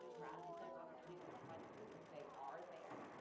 grasp those opportunities that were provided to you, they are there.